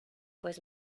pues